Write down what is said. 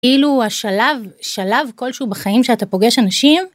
כאילו השלב, שלב כלשהו בחיים שאתה פוגש אנשים.